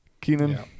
Keenan